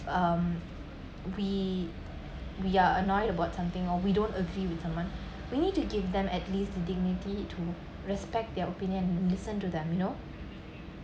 um we we are annoyed about something or we don't agree with someone we need to give them at least the dignity to respect their opinion and listen to them you know